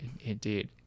indeed